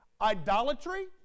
idolatry